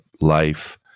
life